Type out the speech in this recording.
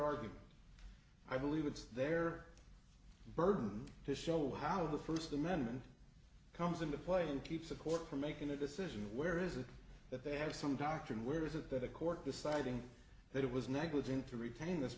argument i believe it's their burden to show how the first amendment comes into play and keep support for making a decision where is it that they have some doctrine where is it that a court deciding that it was negligent to retain this